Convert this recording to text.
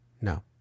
No